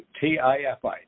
T-I-F-I